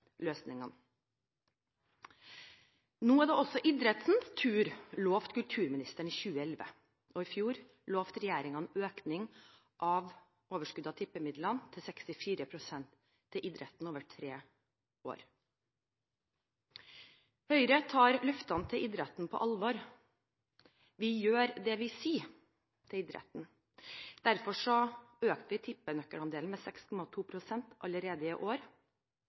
løsningene. Nå er det også idrettens tur, lovte kulturministeren i 2011. I fjor lovte regjeringen økning av overskuddet av tippemidlene til 64 pst. til idretten over tre år. Høyre tar løftene til idretten på alvor. Vi gjør det vi sier til idretten. Derfor økte vi tippenøkkelandelen med 6,2 pst. allerede i år.